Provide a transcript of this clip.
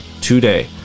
today